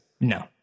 No